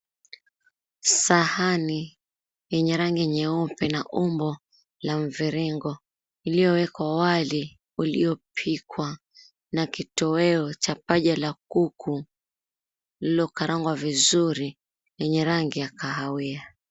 Sahani yenye rangi nyeupe na umbo la mviringo, iliyowekwa wali uliopikwa, na kitoweo cha paja la kuku lililokarangwa vizuri yenye rangi ya kahawia.